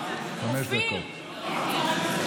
חמש דקות.